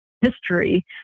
history